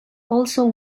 also